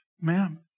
Ma'am